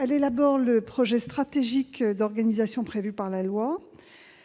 élabore le projet stratégique d'organisation prévu par la loi.